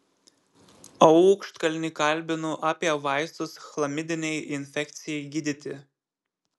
aukštkalnį kalbinu apie vaistus chlamidinei infekcijai gydyti